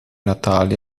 natali